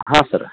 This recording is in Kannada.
ಹಾಂ ಸರ್